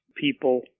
people